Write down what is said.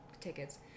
tickets